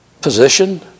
position